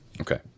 okay